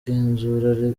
genzura